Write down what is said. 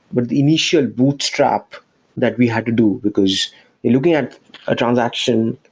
but the initial bootstrap that we had to do, because looking at a transaction,